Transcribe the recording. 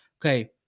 Okay